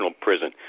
prison